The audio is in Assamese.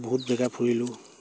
বহুত জেগা ফুৰিলোঁ